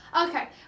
Okay